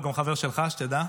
הוא גם חבר שלך, שתדע.